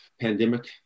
pandemic